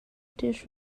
dish